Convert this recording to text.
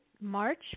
March